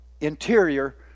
interior